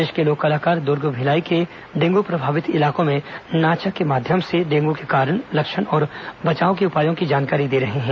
प्रदेश के लोक कलाकार दुर्ग भिलाई के डेंगू प्रभावित इलाकों में नाचा शैली के माध्यम से डेंगू के कारण लक्षण और बचाव के उपायों की जानकारी दे रहे हैं